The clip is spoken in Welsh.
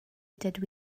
dydw